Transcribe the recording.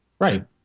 Right